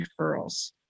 referrals